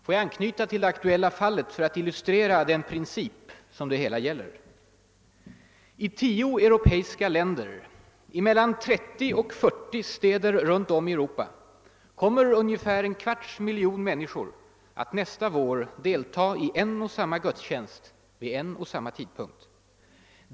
Låt mig anknyta till det aktuella fallet för att illustrera den princip som det gäller. I tio europeiska länder, i mellan 30 och 40 städer runtom i Europa, kommer ungefär en kvarts miljon människor att nästa vår deltaga i en och samma gudstjänst vid en och samma tidpunkt.